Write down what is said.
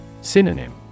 Synonym